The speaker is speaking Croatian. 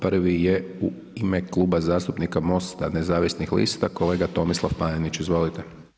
Prvi je u ime Kluba zastupnika MOST-a nezavisnih lista kolega Tomislav Panenić, izvolite.